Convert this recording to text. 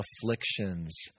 afflictions